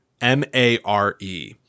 M-A-R-E